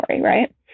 right